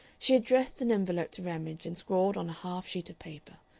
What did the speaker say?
she addressed an envelope to ramage, and scrawled on a half-sheet of paper,